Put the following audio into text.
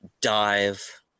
dive